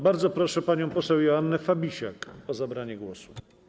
Bardzo proszę panią poseł Joannę Fabisiak o zabranie głosu.